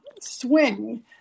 swing